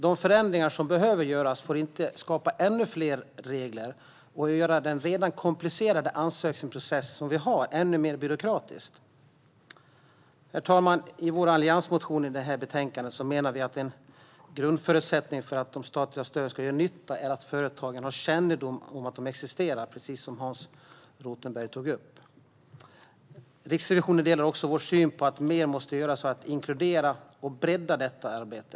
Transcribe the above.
De förändringar som behöver göras får inte skapa ännu fler regler och göra den redan komplicerade ansökningsprocessen ännu mer byråkratisk. Herr talman! I vår alliansmotion när det gäller detta betänkande menar vi att en grundförutsättning för att de statliga stöden ska göra nytta är att företagen har kännedom om att de existerar, precis som Hans Rothenberg tog upp. Riksrevisionen delar också vår syn att mer måste göras för att inkludera och bredda detta arbete.